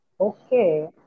Okay